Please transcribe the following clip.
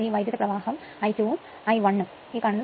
ഇത് വൈദ്യുത പ്രവാഹം I2 വും I1 ഉം ആകുന്നു